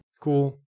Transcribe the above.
Cool